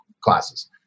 classes